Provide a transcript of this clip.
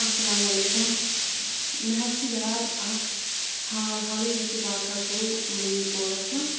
اَسَلامُ علیکُم مےٚ حظ چھُ یاد اَکھ حال حالٕے یُس یہِ واقع گوٚو مٔنی پورَس منٛز